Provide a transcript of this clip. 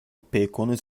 pekon